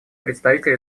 представитель